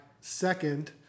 second